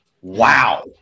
Wow